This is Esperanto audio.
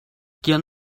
kion